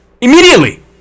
immediately